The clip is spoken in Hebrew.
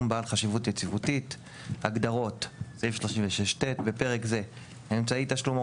בעל חשיבות יציבותית הגדרות 36ט. בפרק זה- "אמצעי תשלום",